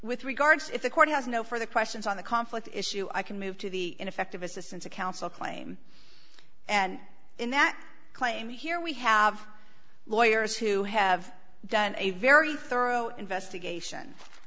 with regards if the court has no further questions on the conflict issue i can move to the ineffective assistance of counsel claim and in that claim here we have lawyers who have done a very thorough investigation